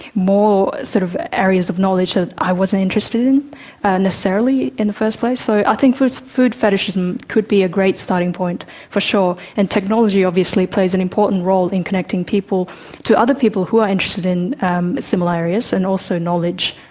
more sort of areas of knowledge that i wasn't interested in necessarily in the first place. so, i think food food fetishism could be a great starting point for sure. and technology obviously plays an important role in connecting people to other people who are interested in um similar areas and also knowledge.